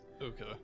Okay